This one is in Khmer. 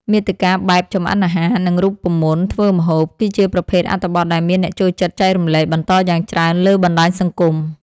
មាតិកាបែបចម្អិនអាហារ និងរូបមន្តធ្វើម្ហូប គឺជាប្រភេទអត្ថបទដែលមានអ្នកចូលចិត្តចែករំលែកបន្តយ៉ាងច្រើនលើបណ្តាញសង្គម។